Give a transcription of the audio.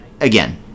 again